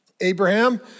Abraham